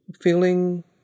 feeling